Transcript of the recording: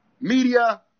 media